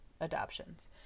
adoptions